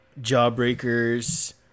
Jawbreakers